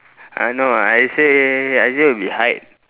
I know I'd say I'd say will be height